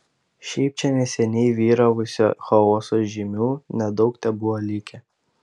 šiaip čia neseniai vyravusio chaoso žymių nedaug tebuvo likę